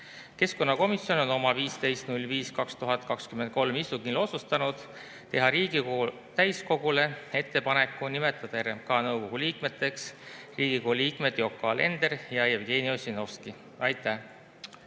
Keskkonnakomisjon on oma 15.05.2023 istungil otsustanud teha Riigikogu täiskogule ettepaneku nimetada RMK nõukogu liikmeteks Riigikogu liikmed Yoko Alender ja Jevgeni Ossinovski. Aitäh!